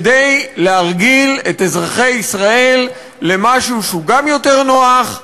כדי להרגיל את אזרחי ישראל למשהו שהוא גם יותר נוח,